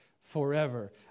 forever